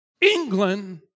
England